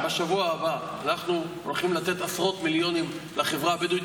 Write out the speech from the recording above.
בשבוע הבא אנחנו הולכים לתת עשרות מיליונים לחברה הבדואית,